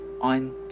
on